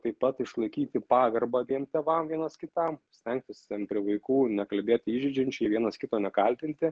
taip pat išlaikyti pagarbą abiem tėvam vienas kitam stengtis prie vaikų nekalbėti įžeidžiančiai vienas kito nekaltinti